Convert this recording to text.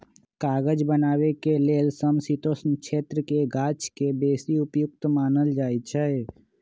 कागज बनाबे के लेल समशीतोष्ण क्षेत्रके गाछके बेशी उपयुक्त मानल जाइ छइ